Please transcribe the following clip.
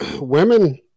Women